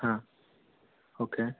ಹಾಂ ಓಕೆ